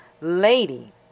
Lady